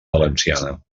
valenciana